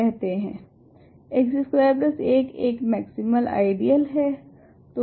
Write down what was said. तो x square 1 एक maximal ideal है